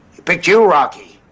he picked you, rocky!